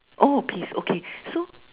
oh piece okay so